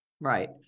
Right